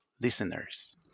listeners